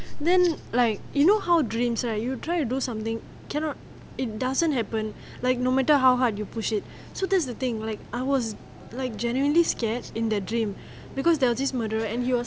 then like you know how dreams right you try to do something cannot it doesn't happen like no matter how hard you push it so that's the thing like I was like genuinely scared in that dream because there were this murderer and he was